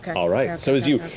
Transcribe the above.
all right, so as you,